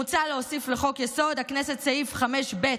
מוצע להוסיף לחוק-יסוד: הכנסת את סעיף 5ב,